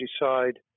decide